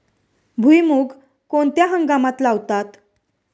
भुईमूग कोणत्या हंगामात लावतात?